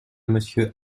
monsieur